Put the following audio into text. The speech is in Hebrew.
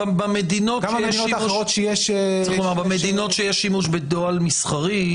במדינות שיש שימוש בדואר אלקטרוני מסחרי,